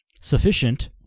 sufficient